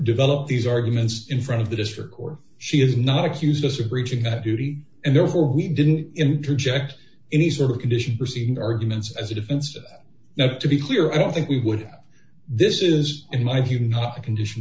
developed these arguments in front of the district or she is not accused us of breaching that duty and therefore he didn't interject any sort of condition for seeing arguments as a defense or not to be clear i don't think we would have this is in my view not a condition